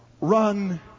run